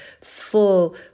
full